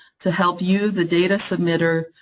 to help you, the data submitter,